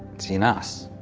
it is in us.